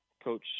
coach